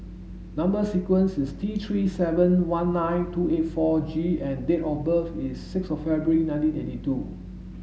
number sequence is T three seven one nine two eight four G and date of birth is six of February nineteen eighty two